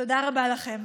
תודה רבה לכם.